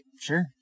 Sure